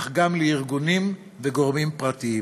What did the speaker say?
אך גם לארגונים וגורמים פרטיים.